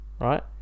right